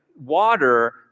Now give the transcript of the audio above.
Water